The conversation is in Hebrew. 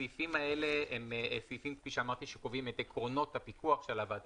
הסעיפים האלה הם סעיפים שקובעים את עקרונות הפיקוח של הוועדה.